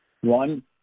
One